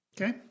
Okay